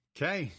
Okay